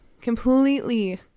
Completely